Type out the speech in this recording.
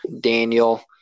Daniel